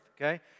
Okay